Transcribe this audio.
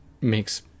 makes